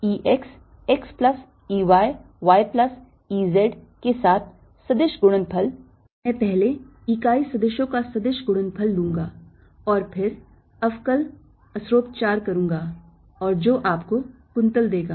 E x x plus E y y plus E z z के साथ सदिश गुणनफल मैं पहले इकाई सदिशों का सदिश गुणनफल लूंगा और फिर अवकल अस्रोपचार करूँगा और जो आपको कुंतल देगा